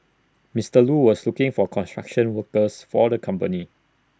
Mister Lu was looking for construction workers for the company